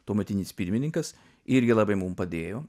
tuometinis pirmininkas irgi labai mum padėjo